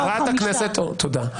חברת הכנסת, תודה.